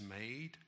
made